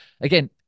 again